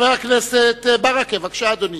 חבר הכנסת ברכה, בבקשה, אדוני.